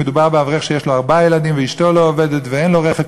מדובר באברך שיש לו ארבעה ילדים ואשתו לא עובדת ואין לו רכב,